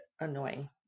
annoying